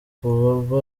kuva